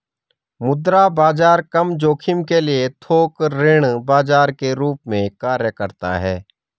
मुद्रा बाजार कम जोखिम के लिए थोक ऋण बाजार के रूप में कार्य करता हैं